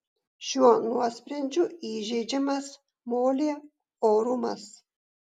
šiuo nuosprendžiu įžeidžiamas molė orumas